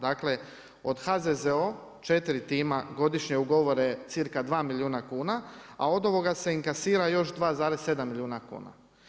Dakle od HZZO četiri time godišnje ugovore cca 2 milijuna kuna, a od ovoga se inkasira još 2,7 milijuna kuna.